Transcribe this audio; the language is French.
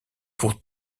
pour